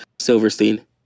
Silverstein